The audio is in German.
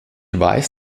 weiß